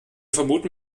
vermuten